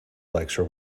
lecture